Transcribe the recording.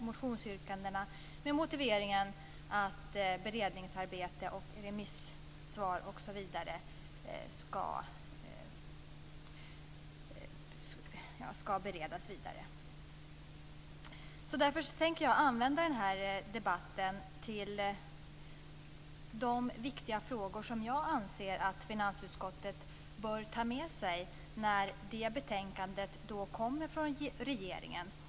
Motionsyrkandena avslås med motiveringen att beredningsarbete, remissvar osv. bör avvaktas. Därför tänker jag i den här debatten ta upp de frågor som jag anser att finansutskottet bör ta med sig när det betänkandet om spel kommer från regeringen.